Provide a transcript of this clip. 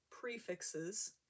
prefixes